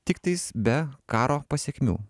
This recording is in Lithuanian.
tiktais be karo pasekmių